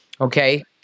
Okay